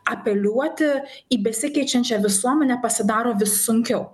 apeliuoti į besikeičiančią visuomenę pasidaro vis sunkiau